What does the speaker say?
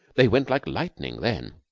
they went like lightning then.